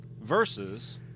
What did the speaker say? versus